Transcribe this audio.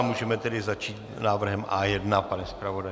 Můžeme tedy začít návrhem A1, pane zpravodaji.